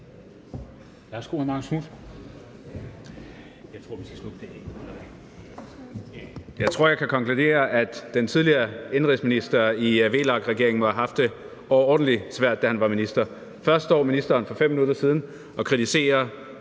Jeg tror, at jeg kan konkludere, at den tidligere indenrigsminister i VLAK-regeringen må have haft det overordentlig svært, da han var minister. Først står ministeren for 5 minutter siden og kritiserer